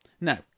now